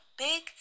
Big